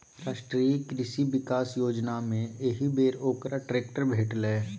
राष्ट्रीय कृषि विकास योजनामे एहिबेर ओकरा ट्रैक्टर भेटलै